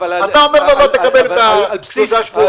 ואתה אומר: לא תקבל שלושה שבועות.